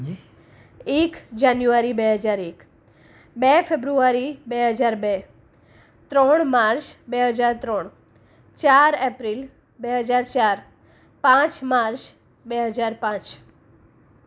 એક જાન્યુઆરી બે હજાર એક બે ફેબ્રુઆરી બે હજાર બે ત્રણ માર્ચ બે હજાર ત્રણ ચાર એપ્રિલ બે હજાર ચાર પાંચ માર્ચ બે હજાર પાંચ